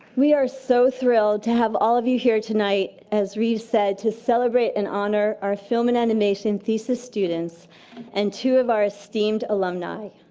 we are so thrilled to have all of you here tonight, as reeves said, to celebrate and honor our film and animation thesis students and two of our esteemed alumni.